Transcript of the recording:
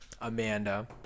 Amanda